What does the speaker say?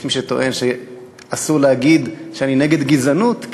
יש מי שטוען שאסור להגיד: אני נגד גזענות,